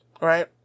Right